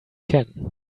can